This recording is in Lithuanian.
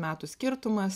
metų skirtumas